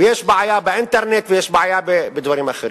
ויש בעיה באינטרנט ויש בעיה בדברים אחרים,